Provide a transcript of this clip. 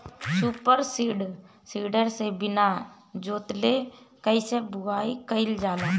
Super seeder से बीना जोतले कईसे बुआई कयिल जाला?